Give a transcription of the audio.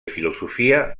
filosofia